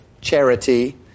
charity